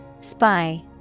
Spy